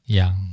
yang